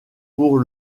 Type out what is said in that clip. pour